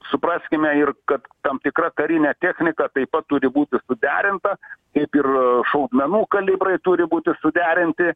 supraskime ir kad tam tikra karinė technika taip pat turi būti suderinta kaip ir šaudmenų kalibrai turi būti suderinti